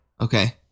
okay